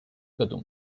各种